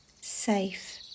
safe